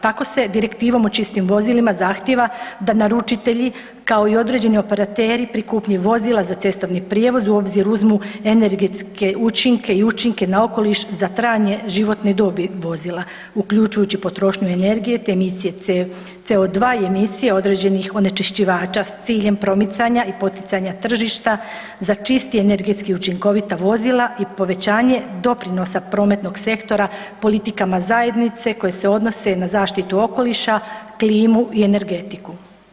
Tako se Direktivom o čistim vozilima zahtijeva da naručitelji kao i određeni operateri pri kupnji vozila za cestovni prijevoz u obzir uzmu energetske učinke i učinke na okoliš za trajanje životne dobi vozila uključujući potrošnju energije te emisije CO2 i emisije određenih onečišćivača s ciljem promicanja i poticanja tržišta za čista energetski učinkovita vozila i povećanje doprinosa prometnog sektora politikama zajednice koje se odnose na zaštitu okoliša, klimu i energetiku.